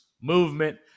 movement